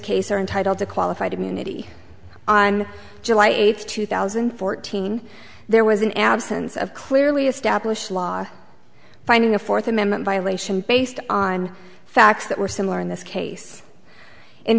case are entitled to qualified immunity on july eighth two thousand and fourteen there was an absence of clearly established law finding a fourth amendment violation based on facts that were similar in this case in